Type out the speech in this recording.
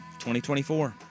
2024